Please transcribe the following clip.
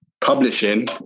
publishing